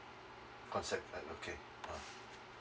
concept like okay ah